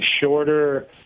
shorter